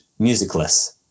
Musicless